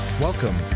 Welcome